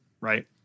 right